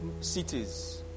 cities